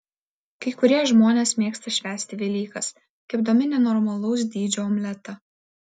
kai kurie žmonės mėgsta švęsti velykas kepdami nenormalaus dydžio omletą